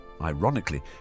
Ironically